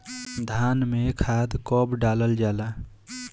धान में खाद कब डालल जाला?